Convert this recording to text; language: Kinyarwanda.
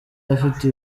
afite